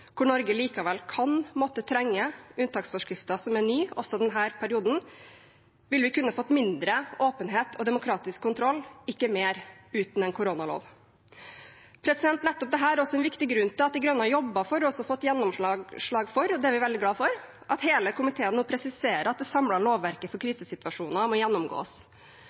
hvor Norge likevel kan måtte trenge unntaksforskrifter som er nye også i denne perioden, ville vi kunne fått mindre åpenhet og demokratisk kontroll, ikke mer, uten en koronalov. Nettopp dette er også en viktig grunn til at De Grønne har jobbet for og også fått gjennomslag for – og det er vi veldig glad for – at hele komiteen presiserer at det samlede lovverket for krisesituasjoner må gjennomgås.